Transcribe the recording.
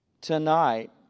tonight